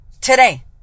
Today